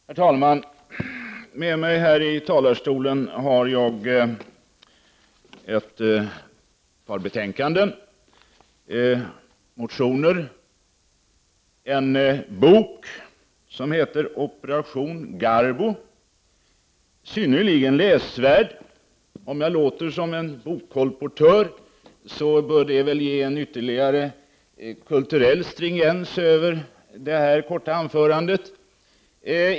Herr talman! Med mig här i talarstolen har jag ett par betänkanden, flera motioner och en bok som heter Operation Garbo II — synnerligen läsvärd. Om jag låter som en bokkolportör, bör det väl ge ytterligare en kulturell stringens till mitt korta anförande.